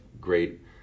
great